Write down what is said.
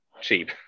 cheap